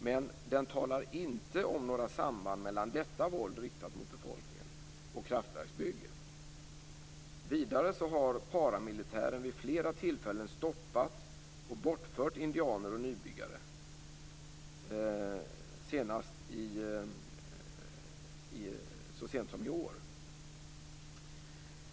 Men de talar inte om några samband mellan detta våld riktat mot befolkningen och kraftverksbygget. Vidare har paramilitären vid flera tillfällen stoppat och bortfört indianer och nybyggare, senast så sent som i år.